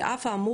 אני הייתי,